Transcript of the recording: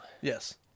Yes